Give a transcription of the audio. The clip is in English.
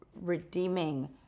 redeeming